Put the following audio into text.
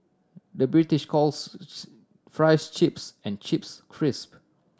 the British calls fries chips and chips crisp